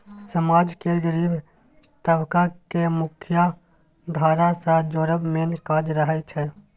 समाज केर गरीब तबका केँ मुख्यधारा सँ जोड़ब मेन काज रहय छै